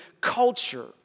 culture